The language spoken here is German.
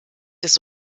des